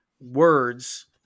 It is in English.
words